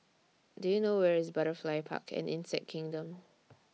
Do YOU know Where IS Butterfly Park and Insect Kingdom